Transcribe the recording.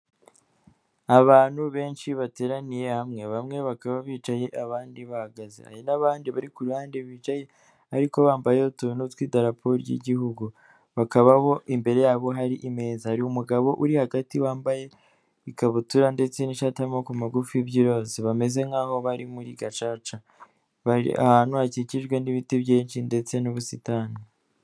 Abantu benshi bateraniye hamwe bamwe bakaba bicaye abandi bahagaze hari n'abandi bari ku ruhande bicaye ariko bambaye utuntu tw'idapo ry'igihugu, bakaba bo imbere yabo hari imeza hari umugabo uri hagati wambaye ikabutura ndetse n'ishati y'amoboko magufi by'iroza bameze nk'aho bari muri gacaca, bari ahantu hakikijwe n'ibiti byinshi ndetse n'ubusitani.